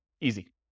Easy